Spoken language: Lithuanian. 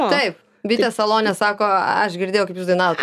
taip bitės salone sako aš girdėjau kaip jūs dainavote